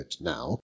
now